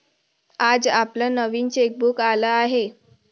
आज आपलं नवीन चेकबुक आलं आहे